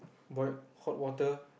boil hot water